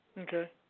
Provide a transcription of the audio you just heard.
Okay